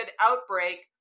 outbreak